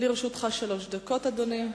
לרשותך שלוש דקות, אדוני.